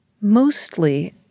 mostly